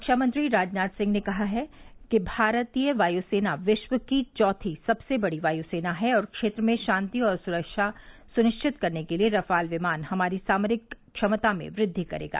रक्षामंत्री राजनाथ सिंह ने कहा है कि भारतीय वायुसेना विश्व की चौथी सबसे बड़ी वायुसेना है और क्षेत्र में शांति और सुरक्षा सुनिश्चित करने के लिए रफ़ाल विमान हमारी सामरिक क्षमता में वृद्वि करेगा